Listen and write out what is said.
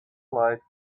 lights